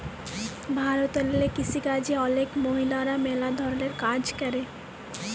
ভারতেল্লে কিসিকাজে অলেক মহিলারা ম্যালা ধরলের কাজ ক্যরে